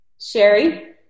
Sherry